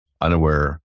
unaware